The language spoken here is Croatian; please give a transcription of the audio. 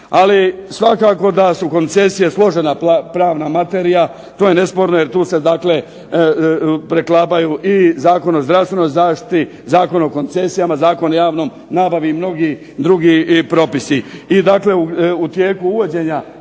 Dakle svakako da su koncesije složena pravna materijala. To je nesporno jer se tu preklapaju Zakon o zdravstvenoj zaštiti, Zakon o koncesijama, Zakon o javnim nabavama i mnogi drugi propisi.